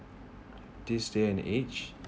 this day and age